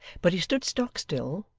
but he stood stock still,